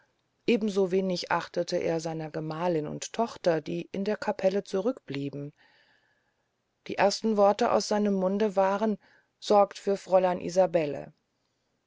so wenig achtete er seiner gemahlin und tochter die in der capelle zurück blieben die ersten worte aus seinem munde waren sorgt für fräulein isabelle